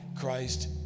Christ